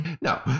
no